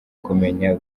kumenya